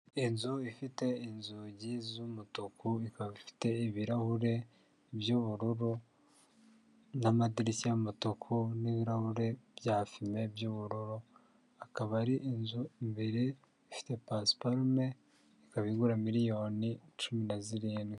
Inzu ifite inzugi z'umutuku ikaba ifite ibirahuri by'ubururu n'amadirishya y'umutuku n'ibirahuri bya fume by'ubururu , akaba ari inzu imbere ifite pasparume ikaba igura miliyoni cumi na zirindwi.